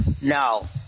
No